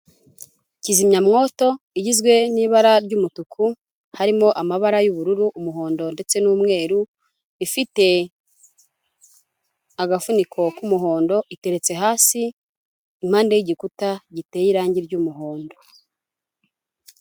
Kizimyamwoto igizwe n'ibara ry'umutuku harimo amabara y'ubururu umuhondo ndetse n'umweru ifite agafuniko k'umuhondo iteretse hasi, mpande y'igikuta giteye irangi ry'umuhondo.